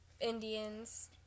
Indians